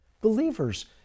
Believers